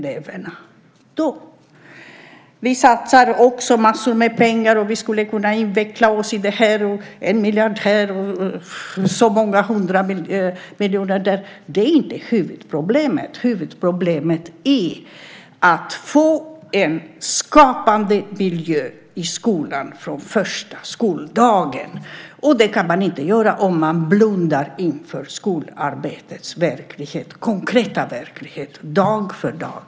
Också vi satsar massor av pengar. Vi skulle kunna inveckla oss i det - en miljard här och så många hundra miljoner där - men det är inte huvudproblemet. Huvudproblemet är att från första skoldagen inrätta en skapande miljö i skolan. Det kan man dock inte göra om man blundar inför skolarbetets konkreta verklighet dag för dag.